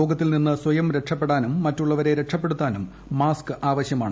രോഗത്തിൽ നിന്ന് സ്വയം രക്ഷപ്പെടാനും മറ്റുള്ളവരെ രക്ഷപ്പെടുത്താനും മാസ്ക് ആവശൃമാണ്